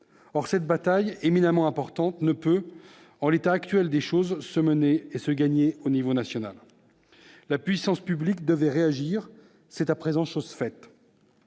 Or cette bataille, éminemment importante, ne peut, en l'état actuel des choses, se mener et se gagner au niveau national. La puissance publique devait réagir, c'est à présent chose faite.